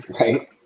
Right